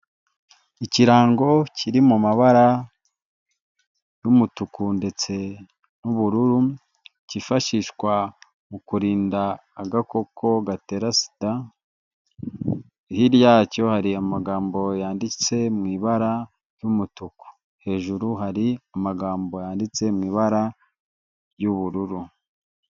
Ikirango kiri mu mabara y'umutuku ndetse n'ubururu, cyifashishwa mu kurinda agakoko gatera sida, hirya yacyo hari amagambo yanditse mu ibara ry'umutuku. Hejuru hari amagambo yanditse mu ibara ry'ubururu.